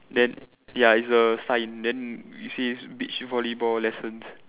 then ya it's a sign then it says beach volleyball lessons